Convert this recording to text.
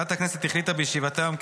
ועדת הכנסת החליטה בישיבתה היום כי